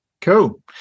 cool